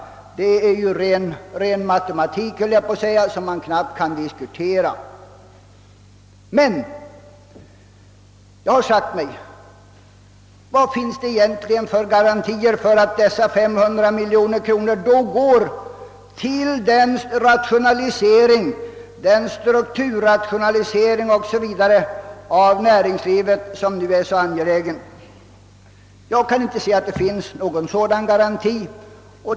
Det är ren matematik som man knappast kan diskutera. Men jag har sagt mig: Vad finns det egentligen för garantier för att dessa 500 miljoner kronor i så fall går till den strukturrationalisering av näringslivet som nu är så angelägen? Jag kan inte se att det finns någon sådan garanti.